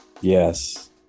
Yes